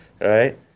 right